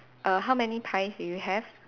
err how many pies do you have